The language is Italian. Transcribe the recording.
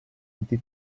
enti